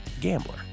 Gambler